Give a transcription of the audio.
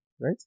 right